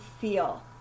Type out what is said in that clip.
feel